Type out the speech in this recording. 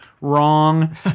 Wrong